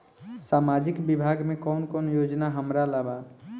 सामाजिक विभाग मे कौन कौन योजना हमरा ला बा?